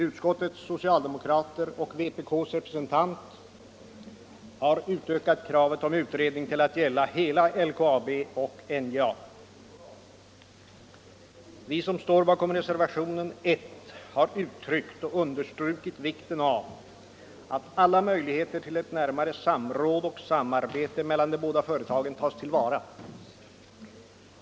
Utskottets socialdemokrater och vpk:s representant har utökat kravet om utredning till att gälla hela LKAB och NJA. Vi som står bakom reservationen 1 har uttryckt och understrukit vikten av att alla möjligheter till ett närmare samråd och samarbete mellan de båda företagen tas till vara.